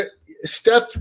Steph